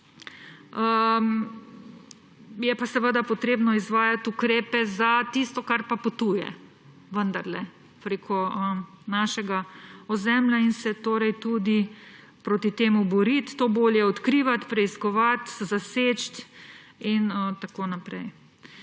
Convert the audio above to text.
Je pa treba izvajati ukrepe za tisto, kar pa potuje preko našega ozemlja in se torej tudi proti temu boriti, to bolje odkrivati, preiskovati, zaseči in tako naprej.